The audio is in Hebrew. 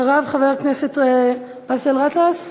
אחריו, חבר הכנסת באסל גטאס